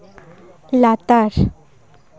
ᱞᱟᱛᱟᱨ